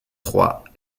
trois